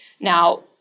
Now